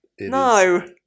no